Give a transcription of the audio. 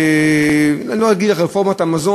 אני לא אגיד "רפורמת המזון",